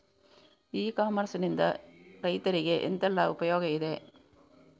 E commerce ನಿಂದ ರೈತರಿಗೆ ಎಂತೆಲ್ಲ ಉಪಯೋಗ ಇದೆ?